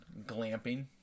Glamping